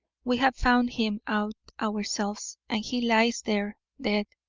we have found him out ourselves, and he lies there, dead.